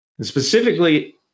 Specifically